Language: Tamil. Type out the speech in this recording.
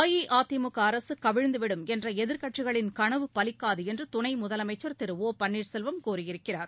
அஇஅதிமுக அரசு கவிழ்ந்துவிடும் என்ற எதிர்க்கட்சிகளின் கனவு பலிக்காது என்று துணை முதலமைச்சர் திரு ஓ பன்னீர்செல்வம் கூறியிருக்கிறார்